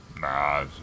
Nah